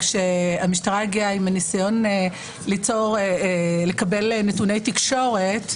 כאשר המשטרה הגיעה עם הניסיון לקבל נתוני תקשורת,